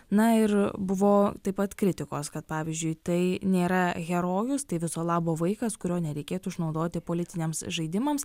na ir buvo taip pat kritikos kad pavyzdžiui tai nėra herojus tai viso labo vaikas kurio nereikėtų išnaudoti politiniams žaidimams